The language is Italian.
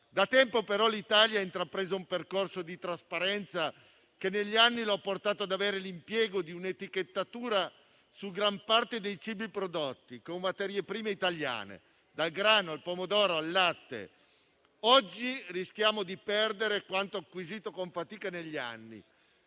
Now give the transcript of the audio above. da tempo l'Italia ha intrapreso un percorso di trasparenza che negli anni l'ha portata ad avere l'impiego di un'etichettatura su gran parte dei cibi prodotti con materie prime italiane (dal grano, al pomodoro, al latte). Oggi rischiamo di perdere quanto acquisito con fatica negli anni,